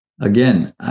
Again